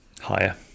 higher